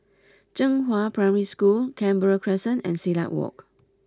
Zhenghua Primary School Canberra Crescent and Silat Walk